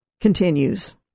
continues